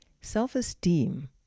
Self-esteem